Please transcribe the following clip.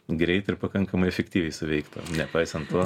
greit ir pakankamai efektyviai suveiktų nepaisant to